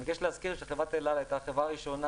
אני מבקש להזכיר שחברת אל-על הייתה החברה הראשונה